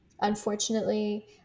Unfortunately